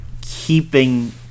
keeping